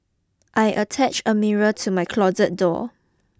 I attached a mirror to my closet door